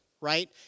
right